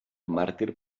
màrtir